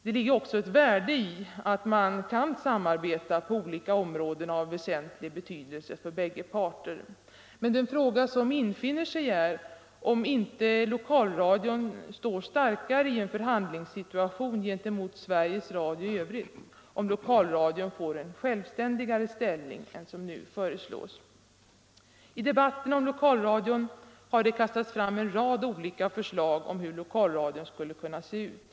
Det ligger också ett värde i att man kan samarbeta på olika områden av väsentlig 210 betydelse för bägge parter, men den fråga som infinner sig är om inte lokalradion står starkare i en förhandlingssituation gentemot Sveriges Radio i övrigt om lokalradion får en mer självständig ställning än som nu föreslås. I debatten om lokalradio har det kastats fram en rad olika förslag om hur lokalradion skulle kunna se ut.